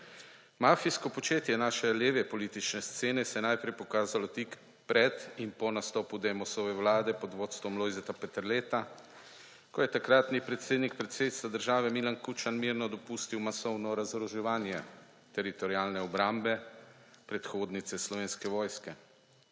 Mafijsko početje naše leve politične scene se je najprej pokazalo tik pred in po nastopu Demosove vlade pod vodstvom Lojzeta Peterleta, ko je takratni predsednik predsedstva države Milan Kučan mirno dopustil masovno razoroževanje Teritorialne obrambe, predhodnice Slovenske vojske.